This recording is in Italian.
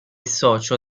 socio